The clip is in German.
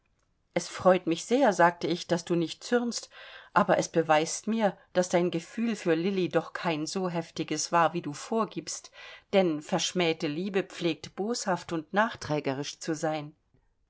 es freut mich sehr sagte ich daß du nicht zürnst aber es beweist mir daß dein gefühl für lilli doch kein so heftiges war wie du vorgibst denn verschmähte liebe pflegt boshaft und nachträgerisch zu sein